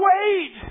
wait